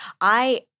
I-